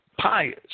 pious